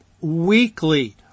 weekly